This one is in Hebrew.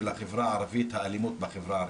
של החברה הערבית האלימות בחברה הערבית.